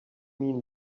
mean